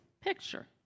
picture